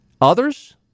Others